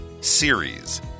Series